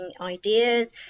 ideas